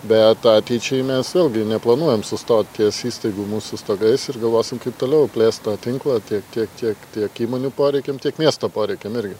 bet ateičiai mes vėlgi neplanuojam sustot ties įstaigų mūsų stogais ir galvosim kaip toliau plėst tą tinklą tiek tiek tiek tiek įmonių poreikiam tiek miesto poreikiam irgi